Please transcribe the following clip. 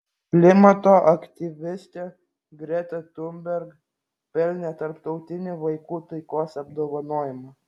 klimato aktyvistė greta thunberg pelnė tarptautinį vaikų taikos apdovanojimą